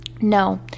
no